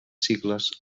sigles